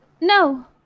No